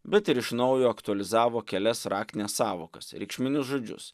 bet ir iš naujo aktualizavo kelias raktines sąvokas reikšminius žodžius